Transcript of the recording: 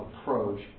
approach